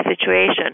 situation